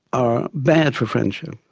are bad for friendship,